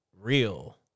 real